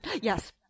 Yes